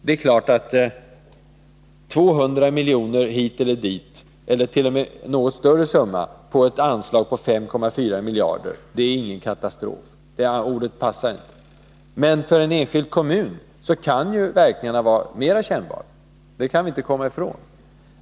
Det är klart att 200 miljoner hit eller dit eller t.o.m. en något större summa på ett anslag på 5,4 miljarder innebär ingen katastrof. Det ordet passar inte. Men för en enskild kommun kan ju verkningarna vara mera kännbara — det kan vi inte komma ifrån.